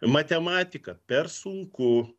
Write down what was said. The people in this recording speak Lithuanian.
matematika per sunku